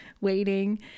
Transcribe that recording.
waiting